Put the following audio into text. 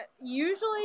Usually